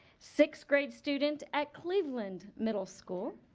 sixth grade student at cleveland middle school.